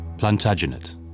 Plantagenet